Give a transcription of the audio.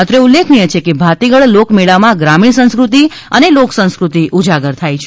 અત્રે ઉલ્લેખનીય છે કે ભાતીગળ લોકમેળામાં ગ્રામીણ સંસ્કૃતિ અને લોક સંસ્કૃતિ ઉજાગર થાય છે